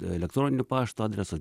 elektroninio pašto adresas